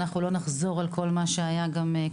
אנחנו לא נחזור על כל מה שהיה קודם.